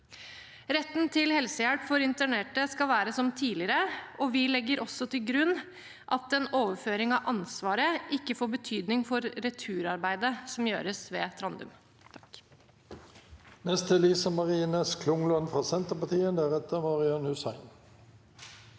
Retten til helsehjelp for internerte skal være som tidligere, og vi legger også til grunn at en overføring av ansvaret ikke får betydning for returarbeidet som gjøres ved Trandum.